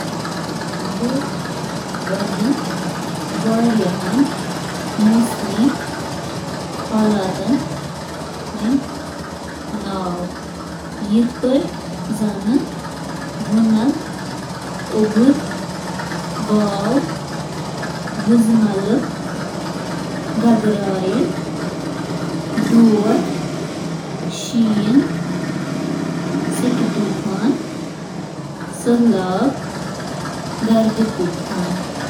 موسمٕک چھِ پانٛژھ بُنیٲدی مُختٔلِف قٕسٕم یِم ہٮ۪کَن ٲسِتھ: تاپ، روٗد، ہوا، طوفانی تہٕ اوٚبُر۔